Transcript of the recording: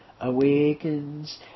awakens